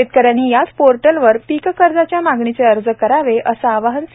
शेतकऱ्यांनी याच पोर्टलवर पीक कर्जाच्या मागणीचे अर्ज करावे असे आवाहन श्री